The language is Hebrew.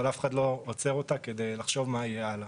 אף אחד לא עוצר אותה כדי לחשוב מה יהיה הלאה.